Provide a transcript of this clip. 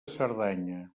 cerdanya